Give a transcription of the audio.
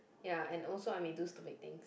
ya and also I may do stupid things